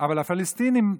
אבל הפלסטינים,